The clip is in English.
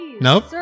Nope